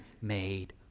made